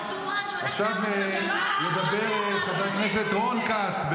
עכשיו מדבר חבר הכנסת רון כץ.